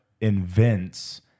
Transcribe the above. invents